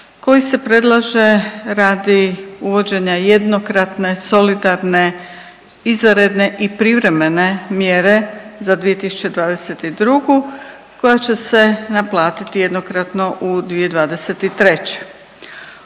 koji se predlaže radi uvođenja jednokratne solidarne izvanredne i privremene mjere za 2022. koja će se naplatiti jednokratno u 2023..